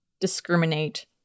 discriminate